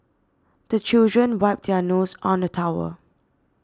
the children wipe their noses on the towel